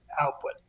output